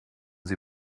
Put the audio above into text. sie